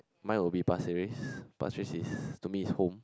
mine would be Pasir-Ris Pasir-Ris is to me is home